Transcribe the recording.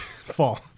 Fall